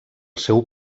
seu